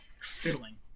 fiddling